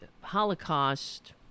Holocaust